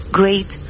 great